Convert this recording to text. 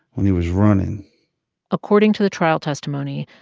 when he was running according to the trial testimony,